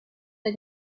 der